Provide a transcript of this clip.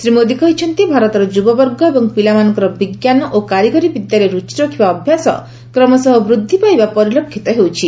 ଶ୍ରୀ ମୋଦି କହିଛନ୍ତି ଭାରତର ଯୁବବର୍ଗ ଏବଂ ପିଲାମାନଙ୍କର ବିଜ୍ଞାନ ଓ କାରିଗରୀ ବିଦ୍ୟାରେ ରୁଚି ରଖିବା ଅଭ୍ୟାସ କ୍ରମଶଃ ବୃଦ୍ଧି ପାଇବା ପରିଲକ୍ଷିତ ହେଉଛି